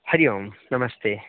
हरिः ओं नमस्ते